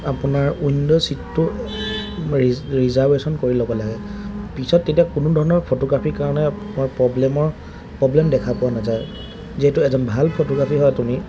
আপোনাৰ উইণ্ড' ছিটটো ৰি ৰিজাৰ্ভেশ্যন কৰি ল'ব লাগে পিছত তেতিয়া কোনো ধৰণৰ ফটোগ্ৰাফীৰ কাৰণে আৰু প্ৰব্লেমৰ প্ৰব্লেম দেখা পোৱা নাযায় যিহেতু এজন ভাল ফটোগ্ৰাফী হয় তুমি